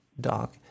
dog